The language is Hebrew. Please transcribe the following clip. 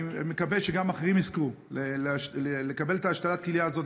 אני מקווה שגם אחרים יזכו לקבל את השתלת הכליה הזו,